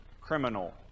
criminal